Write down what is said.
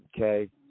Okay